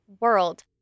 world